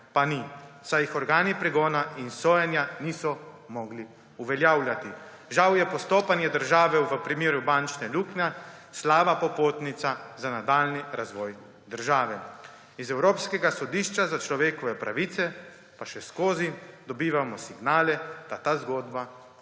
pa ni, saj jih organi pregona in sojenja niso mogli uveljavljati. Žal je postopanje države v primeru bančne luknje slaba popotnica za nadaljnji razvoj države. Iz Evropskega sodišča za človekove pravice pa še skozi dobivamo signale, da ta zgodba